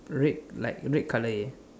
red like red colour eh